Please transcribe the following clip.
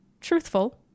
truthful